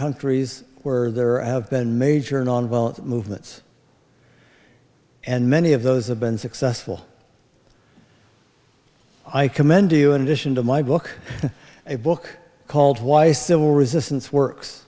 countries where there have been major nonvolatile movements and many of those have been successful i commend to you in addition to my book a book called why civil resistance works